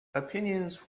opinions